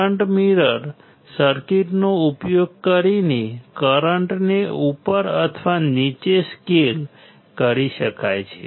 current mirror સર્કિટનો ઉપયોગ કરીને કરંટને ઉપર અથવા નીચે સ્કેલ કરી શકાય છે